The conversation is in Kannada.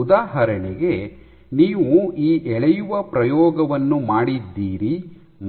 ಉದಾಹರಣೆಗೆ ನೀವು ಈ ಎಳೆಯುವ ಪ್ರಯೋಗವನ್ನು ಮಾಡಿದ್ದೀರಿ